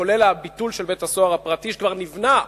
כולל הביטול של בית-הסוהר הפרטי שכבר נבנה.